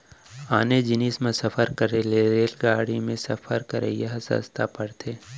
आने जिनिस म सफर करे ले रेलगाड़ी म सफर करवाइ ह सस्ता परथे